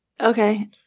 Okay